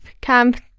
Camp